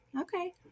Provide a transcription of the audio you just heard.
okay